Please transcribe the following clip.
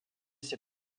ses